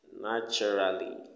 naturally